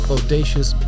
audacious